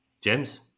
James